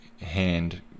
hand